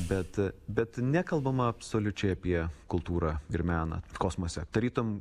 bet bet nekalbama absoliučiai apie kultūrą ir meną kosmose tarytum